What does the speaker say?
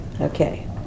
Okay